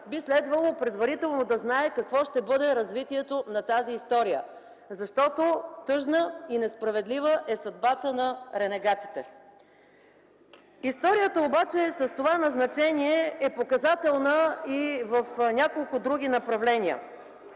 Би следвало предварително да знае какво ще бъде развитието на тази история, защото тъжна и несправедлива е съдбата на ренегатите. (Оживление.) Историята с това назначение обаче е показателна и в няколко други направления.